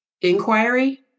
inquiry